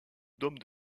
dôme